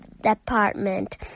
department